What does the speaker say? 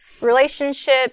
Relationship